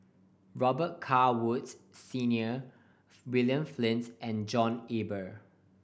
Robet Carr Woods Senior William Flint and John Eber